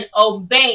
obey